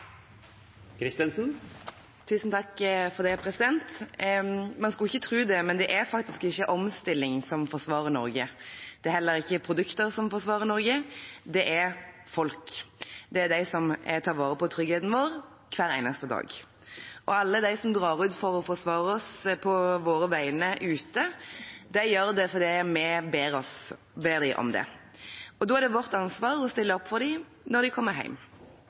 heller ikke produkter som forsvarer Norge. Det er folk. Det er de som tar vare på tryggheten vår hver eneste dag, og alle de som drar ut for å forsvare oss på våre vegne ute. De gjør det fordi vi ber dem om det. Da er det vårt ansvar å stille opp for dem når de kommer